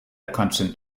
constant